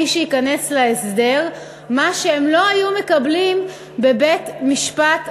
מי שייכנס להסדר מקבל מה שהם לא היו מקבלים בבית-משפט רגיל,